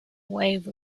wave